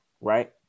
right